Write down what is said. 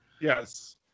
Yes